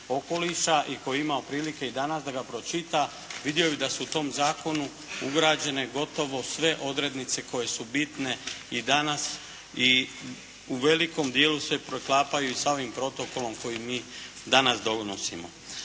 i tko ima otprilike i danas da ga pročita vidio bi da su u tom zakonu ugrađene gotovo sve odrednice koje su bitne i danas i u velikom dijelu se preklapaju i sa ovim Protokolom koji mi danas donosimo.